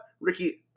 Ricky